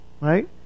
right